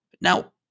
Now